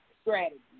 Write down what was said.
strategy